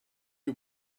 you